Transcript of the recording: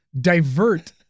divert